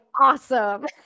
awesome